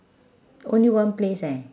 only one place eh